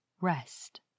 Rest